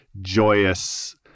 joyous